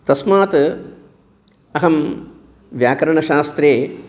तस्मात् अहं व्याकरणशास्त्रे